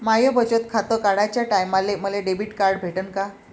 माय बचत खातं काढाच्या टायमाले मले डेबिट कार्ड भेटन का?